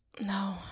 No